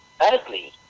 ugly